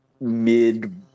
mid